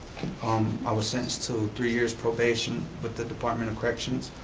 um i was sentenced to three years probation with the department of corrections,